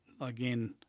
again